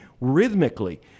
rhythmically